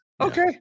Okay